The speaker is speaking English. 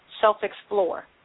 self-explore